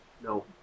No